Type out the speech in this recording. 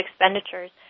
expenditures